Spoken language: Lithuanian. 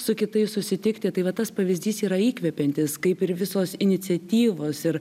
su kitais susitikti tai va tas pavyzdys yra įkvepiantis kaip ir visos iniciatyvos ir